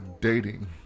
dating